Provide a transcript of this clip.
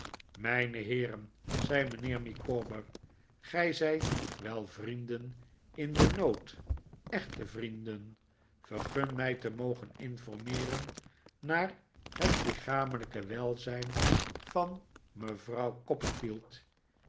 mijne heeren zei mijnheer micawber gij zijt wel vrienden in den nood echte vrienden vergun mij te mogen informeeren naar het lichamelijk welzijn van mevrouw